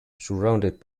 surrounded